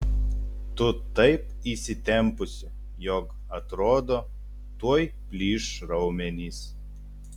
tu taip įsitempusi jog atrodo tuoj plyš raumenys